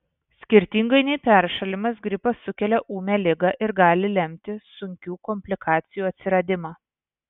skirtingai nei peršalimas gripas sukelia ūmią ligą ir gali lemti sunkių komplikacijų atsiradimą